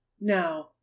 Now